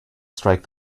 strike